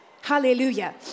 Hallelujah